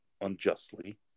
unjustly